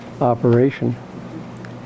operation